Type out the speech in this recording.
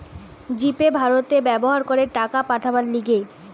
জি Pay ভারতে ব্যবহার করে টাকা পাঠাবার লিগে